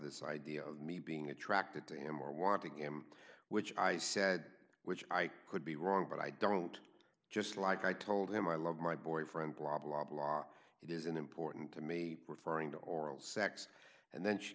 this idea of me being attracted to him or want to get him which i said which i could be wrong but i don't just like i told him i love my boyfriend blah blah blah it isn't important to me referring to oral sex and then she